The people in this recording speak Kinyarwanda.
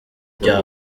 bya